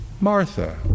Martha